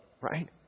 Right